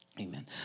Amen